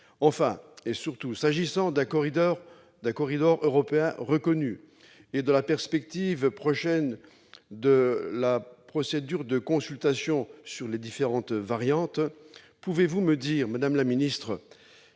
Enfin, et surtout, s'agissant d'un corridor européen reconnu et de la perspective prochaine de la procédure de consultation sur les différentes variantes, pouvez-vous me dire, madame la ministre,